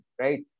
right